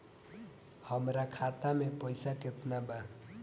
हमरा खाता में पइसा केतना बा?